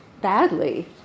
badly